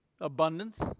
abundance